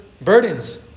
burdens